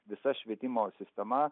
visa švietimo sistema